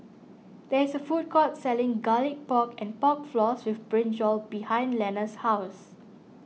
there is a food court selling Garlic Pork and Pork Floss with Brinjal behind Lenna's house